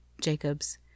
Jacobs